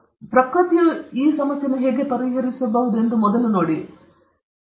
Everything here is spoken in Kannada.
ಈ ಪ್ರಕೃತಿಯು ಹೇಗೆ ಪರಿಹರಿಸಬಹುದು ಎಂದು ನಾವು ನೋಡಬಹುದೇ